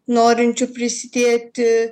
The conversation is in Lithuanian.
norinčių prisidėti